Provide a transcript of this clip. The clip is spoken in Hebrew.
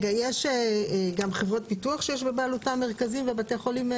יש גם חברות ביטוח שיש בבעלותן בתי חולים ומרכזים?